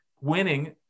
winning